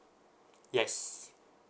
yes